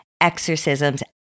exorcisms